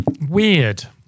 Weird